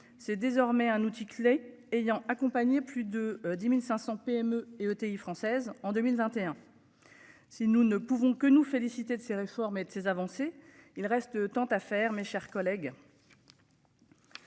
C'est désormais un outil clé ayant accompagné. Plus de 10.500 PME et ETI françaises en 2021. Si nous ne pouvons que nous féliciter de ces réformes et de ces avancées. Il reste tant à faire. Mes chers collègues.